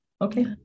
Okay